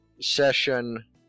session